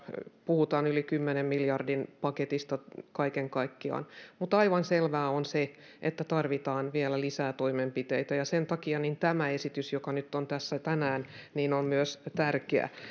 puhutaan yli kymmenen miljardin paketista kaiken kaikkiaan mutta aivan selvää on se että tarvitaan vielä lisää toimenpiteitä sen takia tämä esitys joka nyt on tässä tänään on myös tärkeä